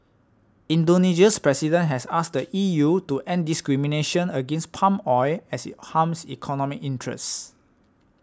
Indonesia's President has asked E U to end discrimination against palm oil as it harms economic interests